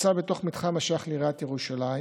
בוצע בתוך מתחם השייך לעיריית ירושלים